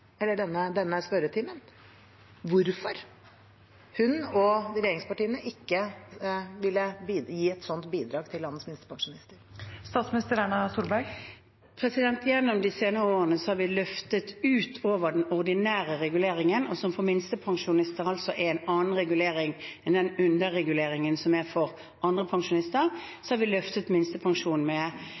spørretimen, hvorfor hun og regjeringspartiene ikke ville gi et sånt bidrag til landets minstepensjonister. Gjennom de senere årene har vi løftet minstepensjonen utover den ordinære reguleringen, som for minstepensjonister altså er en annen regulering enn den underreguleringen som er for andre pensjonister, med 16 000 eller 17 000 kr, tror jeg, gjennom de budsjettforlikene vi har hatt på Stortinget – noen med